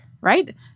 right